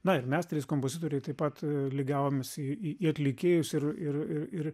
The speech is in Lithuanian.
na ir mes trys kompozitoriai taip pat lygiavomės į į į atlikėjus ir ir ir ir